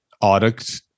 audit